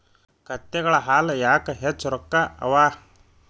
ಕತ್ತೆಗಳ ಹಾಲ ಯಾಕ ಹೆಚ್ಚ ರೊಕ್ಕ ಅವಾ?